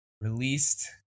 released